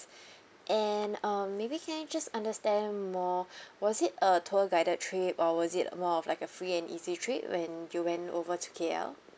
and um maybe can I just understand more was it a tour guided trip or was it more of like a free and easy trip when you went over to K_L